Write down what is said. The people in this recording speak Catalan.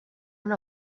una